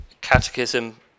Catechism